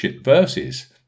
verses